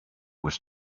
was